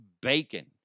bacon